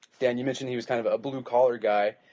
dan, you mentioned he was kind of a blue collar guy,